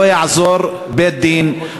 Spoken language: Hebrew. לא יעזור בית-דין,